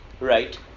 right